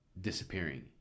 disappearing